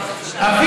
עשרה קילוגרם.